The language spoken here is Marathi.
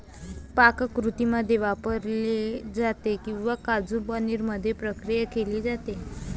पाककृतींमध्ये वापरले जाते किंवा काजू पनीर मध्ये प्रक्रिया केली जाते